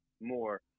more